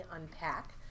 unpack